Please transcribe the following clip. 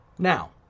Now